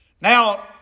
Now